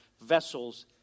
vessels